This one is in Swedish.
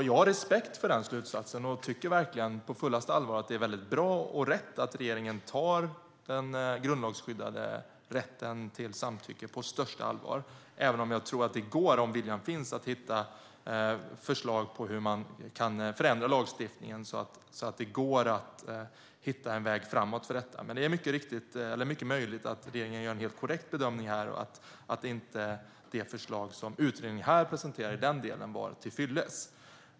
Jag har respekt för denna slutsats och tycker verkligen att det är mycket bra och rätt att regeringen tar den grundlagsskyddade rätten till samtycke på största allvar, även om jag tror att det går, om viljan finns, att hitta förslag på hur man kan förändra lagstiftningen så att det går att hitta en väg framåt för detta. Men det är mycket möjligt att regeringen gör en helt korrekt bedömning och att det förslag som utredningen presenterade i den delen var till fyllest.